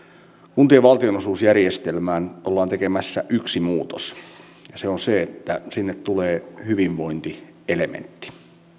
kuntien valtionosuusjärjestelmään ollaan tekemässä yksi muutos ja se on se että sinne tulee hyvinvointielementti